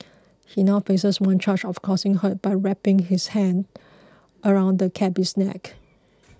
he now faces one charge of causing hurt by wrapping his hands around the cabby's neck